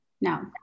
no